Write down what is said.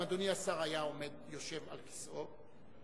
אם אדוני השר היה יושב במקום הייתי